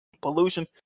pollution